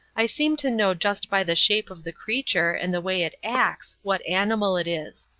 i seem to know just by the shape of the creature and the way it acts what animal it is.